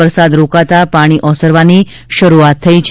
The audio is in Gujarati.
વરસાદ રોકાતા પાણી ઓસરવાની શસ્આત થઈ છે